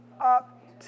up